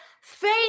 faith